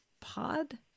pod